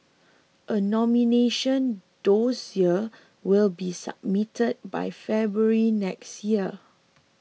a nomination dossier will be submitted by February next year